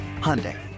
Hyundai